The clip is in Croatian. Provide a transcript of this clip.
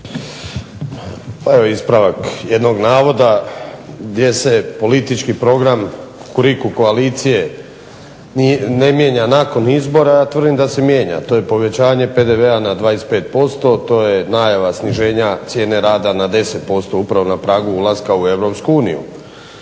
Pa ispravak jednog navoda gdje se politički program Kukuriku koalicije ne mijenja nakon izbora, a ja tvrdim da se mijenja. To je povećanje PDV-a na 25%, najava sniženja cijene rada na 10%, upravo na pragu ulaska u europsku uniju.